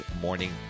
morning